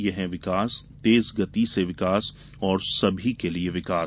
ये हैं विकास तेज गति से विकास और सभी के लिए विकास